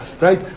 right